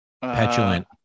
Petulant